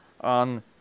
On